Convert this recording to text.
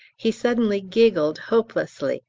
he suddenly giggled hopelessly,